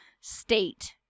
state